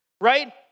Right